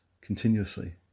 continuously